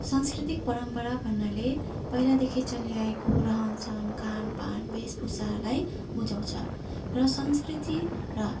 सांस्कृतिक परम्परा भन्नाले पहिलादेखि चलिआएको रहन सहन भेष भूषाहरूलाई बझाउँछ र संस्कृति र